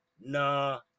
nah